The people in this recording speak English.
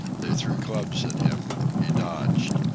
they threw clubs at him. he dodged.